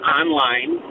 online